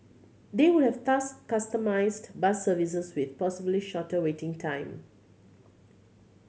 they would have thus customised bus services with possibly shorter waiting time